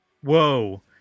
Whoa